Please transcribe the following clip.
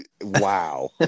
Wow